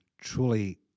truly